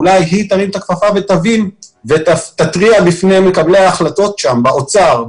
אולי היא תרים את הכפפה ותבין ותתריע בפני מקבלי ההחלטות באוצר,